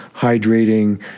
hydrating